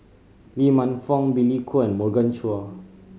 Lee Man Fong Billy Koh and Morgan Chua